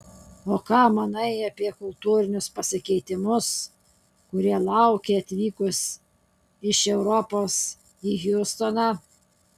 o ką manai apie kultūrinius pasikeitimus kurie laukė atvykus iš europos į hjustoną